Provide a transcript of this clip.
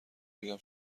بگم